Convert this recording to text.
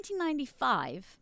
1995